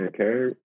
Okay